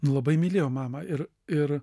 nu labai mylėjau mamą ir ir